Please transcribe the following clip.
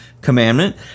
commandment